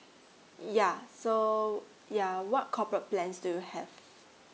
yeah so yeah what corporate plans do you have